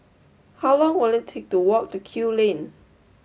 how long will it take to walk to Kew Lane